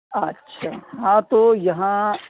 اچھا ہاں تو یہاں